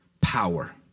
power